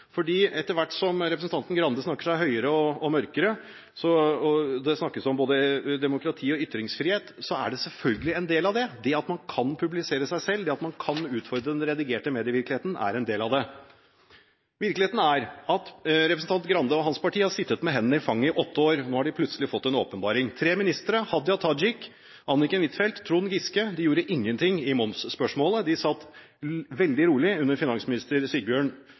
etter hvert som representanten Arild Grande snakker seg høyere og mørkere, og det snakkes om både demokrati og ytringsfrihet, er det selvfølgelig en del av det. Det at man kan publisere seg selv, og at man kan utfordre den redigerte medievirkeligheten, er en del av dette. Virkeligheten er at representanten Arild Grande og hans parti har sittet med hendene i fanget i åtte år, og nå har de plutselig fått en åpenbaring. Tre ministre, Hadia Tajik, Anniken Huitfeldt og Trond Giske, gjorde ingenting i momsspørsmålet. De satt veldig rolig under finansminister Sigbjørn